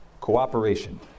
Cooperation